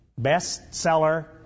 bestseller